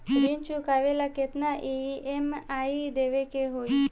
ऋण चुकावेला केतना ई.एम.आई देवेके होई?